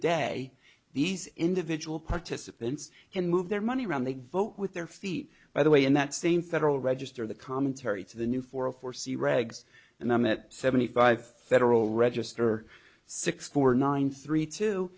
day these individual participants can move their money around they vote with their feet by the way in that same federal register the commentary to the new for all foresee regs and the met seventy five federal register six four nine three t